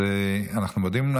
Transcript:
אנחנו מודים לו.